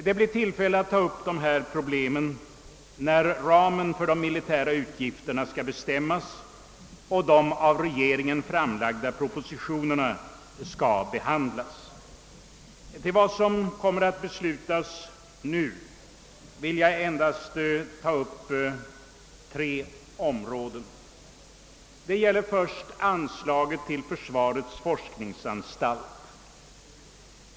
Det blir tillfälle att ta upp dessa problem när ramen för de millitära utgifterna skall bestämmas och de av regeringen framlagda propositionerna skall behandlas. Av vad som kommer att beslutas nu vill jag endast ta upp tre områden. Det gäller först anslaget till försvarets forskningsanstalt.